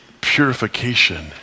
purification